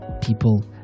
People